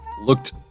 looked